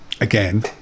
again